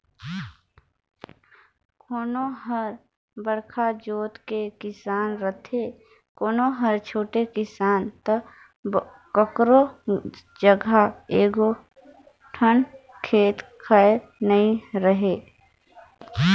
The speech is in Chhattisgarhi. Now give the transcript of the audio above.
कोनो हर बड़का जोत के किसान रथे, कोनो हर छोटे किसान त कखरो जघा एको ठन खेत खार नइ रहय